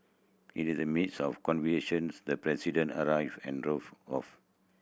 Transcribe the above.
in the midst of the President arrived and drove off